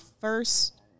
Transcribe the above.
First